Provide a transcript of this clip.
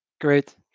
Great